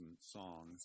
songs